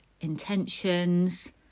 intentions